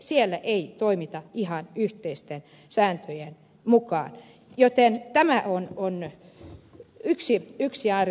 siellä ei toimita ihan yhteisten sääntöjen mukaan joten tämä on yksi arvio siitä